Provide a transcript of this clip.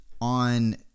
on